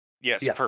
Yes